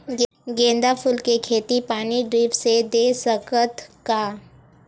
गेंदा फूल के खेती पानी ड्रिप से दे सकथ का?